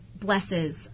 blesses